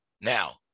now